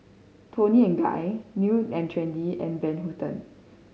Toni and Guy New and Trendy and Van Houten